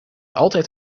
altijd